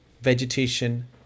vegetation